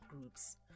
groups